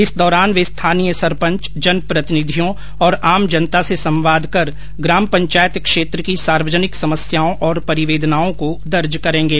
इस दौरान वे स्थानीय सरपंच जन प्रतिनिधियों और आम जनता से संवाद कर ग्राम पंचायत क्षेत्र की सार्वजनिक समस्याओं और परिवेदनाओं को दर्ज करेंगे